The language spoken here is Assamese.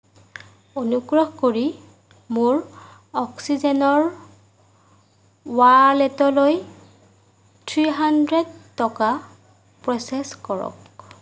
অনুগ্ৰহ কৰি মোৰ অক্সিজেনৰ ৱালেটলৈ তিনিশ টকা প্ৰ'চেছ কৰক